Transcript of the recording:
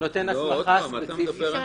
שנותן הסמכה ספציפית.